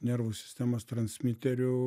nervų sistemos transmiterių